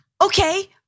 okay